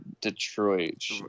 Detroit